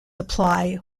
apply